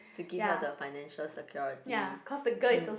to give her the financial security mm